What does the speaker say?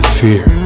fear